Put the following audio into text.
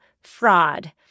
fraud